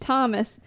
Thomas